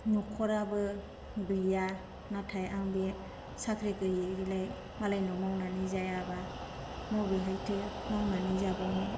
न'खराबो गैया नाथाय आं बे साख्रि गैयिलाय मालायनाव मावनानै जायाब्ला मबेहायथो मावनानै जाबावनो